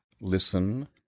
listen